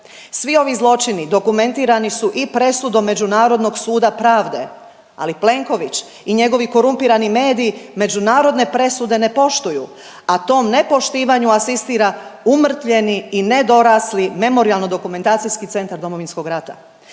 Svi ovi zločini dokumentirani su i presudom Međunarodnog suda pravde ali Plenković i njegovi korumpirani mediji međunarodne presude ne poštuju, a tom nepoštivanju asistira umrtvljeni i nedorasli Memorijalno dokumentacijski centar Domovinskog rata.